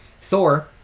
Thor